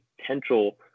potential